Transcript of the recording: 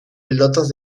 pelotas